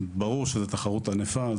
ברור שזו תחרות ענפה,